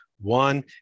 One